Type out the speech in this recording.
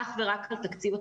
אך ורק על תקציב התרומות.